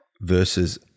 versus